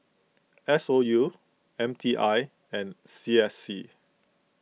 S O U M T I and C S C